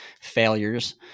failures